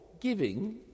giving